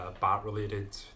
Bat-related